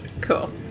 Cool